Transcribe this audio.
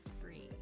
free